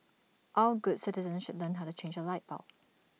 all good citizens should learn how to change A light bulb